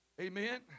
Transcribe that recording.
amen